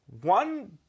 One